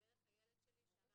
דרך הילד שלי שעבר